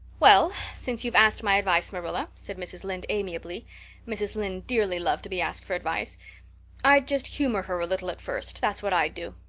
well, since you've asked my advice, marilla, said mrs. lynde amiably mrs. lynde dearly loved to be asked for advice i'd just humor her a little at first, that's what i'd do.